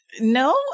No